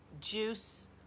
juice